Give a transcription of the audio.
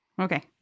Okay